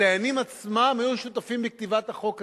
הדיינים עצמם היו שותפים בכתיבת החוק הזה.